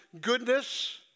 goodness